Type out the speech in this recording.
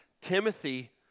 Timothy